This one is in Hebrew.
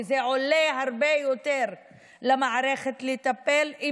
וזה עולה הרבה יותר למערכת לטפל בזה,